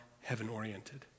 heaven-oriented